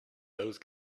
those